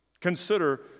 Consider